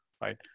right